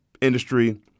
industry